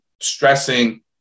stressing